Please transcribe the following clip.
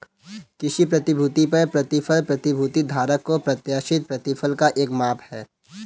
किसी प्रतिभूति पर प्रतिफल प्रतिभूति धारक को प्रत्याशित प्रतिफल का एक माप है